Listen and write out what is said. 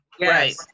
Right